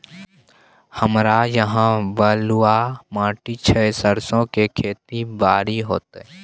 हमरा यहाँ बलूआ माटी छै सरसो के खेती बारी होते?